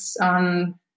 on